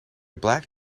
black